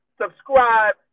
subscribe